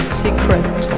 secret